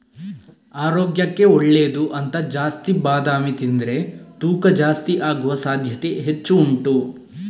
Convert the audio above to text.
ಆರೋಗ್ಯಕ್ಕೆ ಒಳ್ಳೇದು ಅಂತ ಜಾಸ್ತಿ ಬಾದಾಮಿ ತಿಂದ್ರೆ ತೂಕ ಜಾಸ್ತಿ ಆಗುವ ಸಾಧ್ಯತೆ ಹೆಚ್ಚು ಉಂಟು